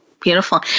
Beautiful